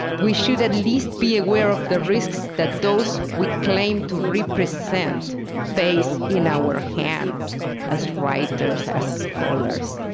we should at least be aware of the risks that those we claim to represent face in our hands as writers, as scholars.